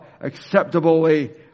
acceptably